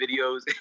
videos